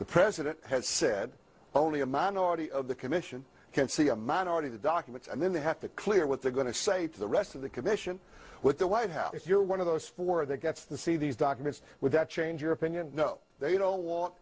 the president has said only a minority of the commission can see a minority the documents and then they have to clear what they're going to say to the rest of the commission what the white house if you're one of those four that gets the see these documents would that change your opinion they don't wa